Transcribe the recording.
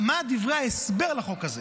מה דברי ההסבר לחוק הזה?